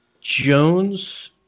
Jones